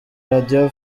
radio